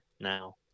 now